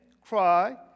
cry